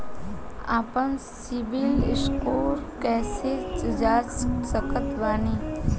आपन सीबील स्कोर कैसे जांच सकत बानी?